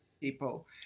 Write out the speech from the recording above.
people